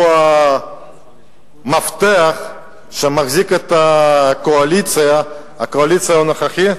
הוא המפתח שמחזיק את הקואליציה הנוכחית,